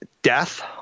Death